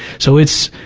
so it's,